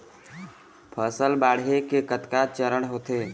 फसल बाढ़े के कतका चरण होथे?